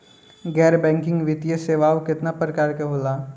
गैर बैंकिंग वित्तीय सेवाओं केतना प्रकार के होला?